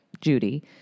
Judy